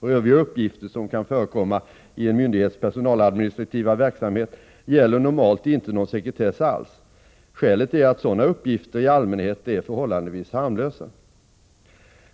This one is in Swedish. För övriga uppgifter som kan förekomma i en myndighets personaladministrativa verksamhet gäller normalt inte någon sekretess alls. Skälet är att sådana uppgifter i allmänhet är förhållandevis harmlösa.